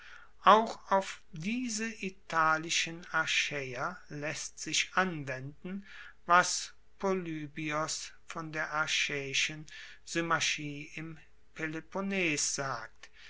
auch auf diese italischen achaeer laesst sich anwenden was polybios von der achaeischen symmachie im peloponnes sagt